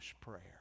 Prayer